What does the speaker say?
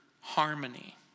harmony